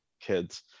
kids